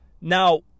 Now